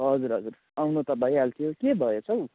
हजुर हजुर आउनु त भइहाल्थ्यो के भएछ हौ